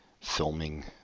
filming